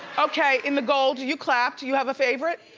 okay, in the gold. you clapped. you have a favorite?